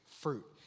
fruit